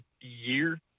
year